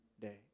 day